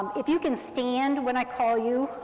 if you can stand when i call you,